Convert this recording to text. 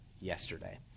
yesterday